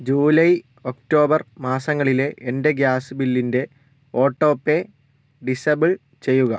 July October മാസങ്ങളിലെ എൻ്റെ gas ബില്ലിൻ്റെ ഓട്ടോ പേ ഡിസബിൾ ചെയ്യുക